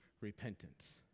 repentance